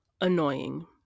annoying